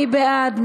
מי בעד?